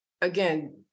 again